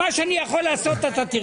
מה שאני יכול לעשות אתה תראה.